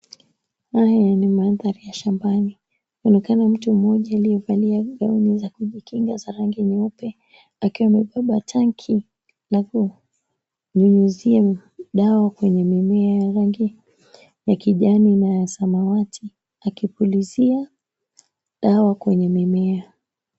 Haya ni mandari ya shambani. Inaonekana mtu mmoja aliyevalia gauni za kujikinga za rangi nyeupe akiwa amebeba tanki la kunyunyizia dawa kwenye mimea ya rangi ya kijani na ya samawati, akipulizia dawa kwenye mimea.